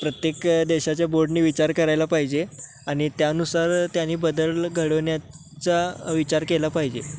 प्रत्येक देशाच्या बोर्डने विचार करायला पाहिजे आणि त्यानुसार त्यांनी बदल घडवण्याचा विचार केला पाहिजे